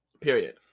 Period